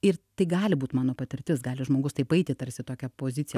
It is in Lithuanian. ir tai gali būt mano patirtis gali žmogus taip eiti tarsi tokia pozicija